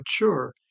mature